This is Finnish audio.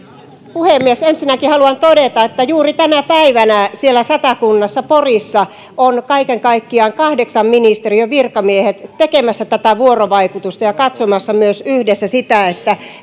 puhemies ensinnäkin haluan todeta että juuri tänä päivänä siellä satakunnassa porissa on kaiken kaikkiaan kahdeksasta ministeriöstä virkamiehiä tekemässä tätä vuorovaikutusta ja myös katsomassa yhdessä sitä